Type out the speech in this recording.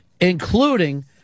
including